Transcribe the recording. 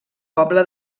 poble